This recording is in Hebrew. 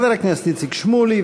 חבר הכנסת איציק שמולי,